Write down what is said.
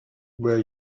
were